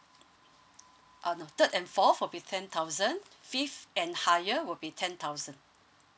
ah no third and fourth will be ten thousand fifth and higher will be ten thousand